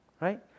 right